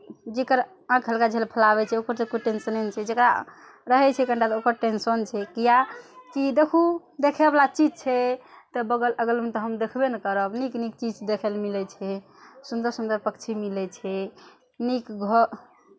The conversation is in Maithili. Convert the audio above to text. जकर आँखि हलका झलफलाबै छै ओकर तऽ कोइ टेन्शने नहि छै जकरा रहै छै ओकरा कनि टा ओकर टेन्शन छै किएकि देखू देखयवला चीज छै तऽ बगल अगलमे तऽ हम देखबे ने करब नीक नीक चीज देखय लए मिलै छै सुन्दर सुन्दर पक्षी मिलै छै नीक घर